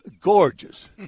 gorgeous